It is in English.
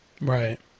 Right